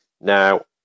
Now